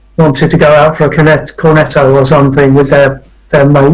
wanted to go out for cornetto cornetto or something with their